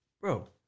Bro